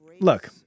look